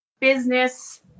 business